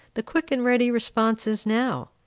the quick and ready responses now?